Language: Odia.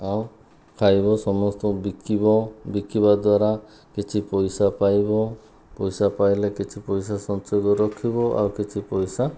ଆଉ ଖାଇବ ସମସ୍ତେ ବିକିବ ବିକିବା ଦ୍ୱାରା କିଛି ପଇସା ପାଇବ ପଇସା ପାଇଲେ କିଛି ପଇସା ସଞ୍ଚୟ କରି ରଖିବ ଆଉ କିଛି ପଇସା